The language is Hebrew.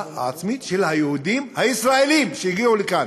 העצמית של היהודים הישראלים שהגיעו לכאן.